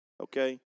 okay